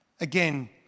again